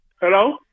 Hello